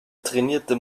trainierte